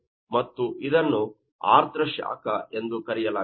ಮತ್ತು ಇದನ್ನು ಆರ್ದ್ರ ಶಾಖ ಎಂದು ಕರೆಯಲಾಗುತ್ತದೆ